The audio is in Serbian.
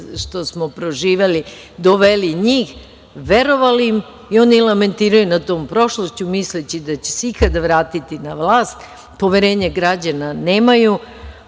što smo proživeli doveli njih, verovali im, i oni lamentiraju nad tom prošlošću misleći da će se ikada vratiti na vlast, poverenje građana nemaju,